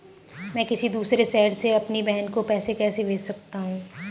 मैं किसी दूसरे शहर से अपनी बहन को पैसे कैसे भेज सकता हूँ?